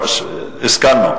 השכלנו.